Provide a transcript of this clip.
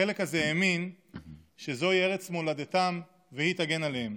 החלק הזה האמין שזוהי ארץ מולדתם והיא תגן עליהם.